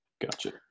gotcha